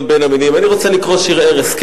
אתה רוצה לקרוא שיר ערש?